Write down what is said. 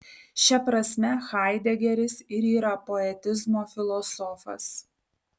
šia prasme haidegeris ir yra poetizmo filosofas